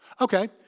Okay